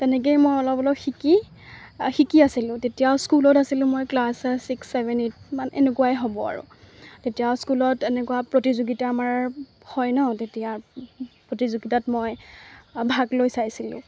তেনেকেই মই অলপ অলপ শিকি শিকি আছিলোঁ তেতিয়াও স্কুলত আছিলোঁ মই ক্লাছ ছিক্স ছেভেন এইটমান এনেকুৱাই হ'ব আৰু তেতিয়াও স্কুলত এনেকুৱা প্ৰতিযোগিতা আমাৰ হয় ন তেতিয়া প্ৰতিযোগিতাত মই ভাগ লৈ চাইছিলোঁ